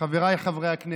חבריי חברי הכנסת,